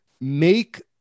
make